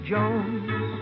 Jones